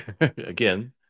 Again